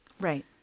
right